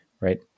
right